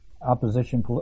opposition